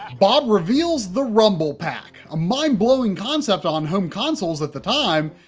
bob reveals the rumble pak a mind-blowing concept on home consoles at the time,